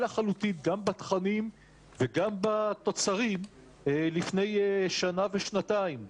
לחלוטין גם בתכנים וגם בתוצרים לפני שנה ושנתיים.